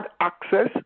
access